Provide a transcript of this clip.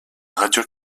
radio